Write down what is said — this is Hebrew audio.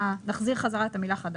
נחזיר בחזרה את המילה "חדש".